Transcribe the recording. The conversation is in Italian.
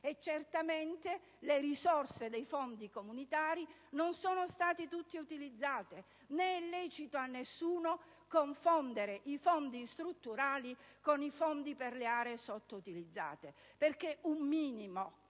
di sinistra, eppure i fondi comunitari non sono stati tutti utilizzati. Né è lecito a nessuno confondere i fondi strutturali con i fondi per le aree sottoutilizzate: un minimo